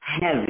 heavy